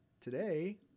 today